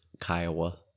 Kiowa